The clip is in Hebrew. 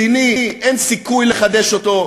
מדיני, אין סיכוי לחדש אותו.